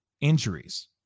injuries